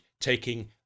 taking